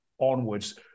onwards